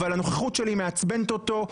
אבל הנוכחות שלי מעצבנת אותו.